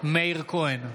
מאיר כהן,